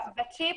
בשיפ,